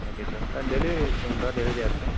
okay sir delivery ஏதாச்சும் உண்டா delivery option